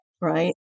right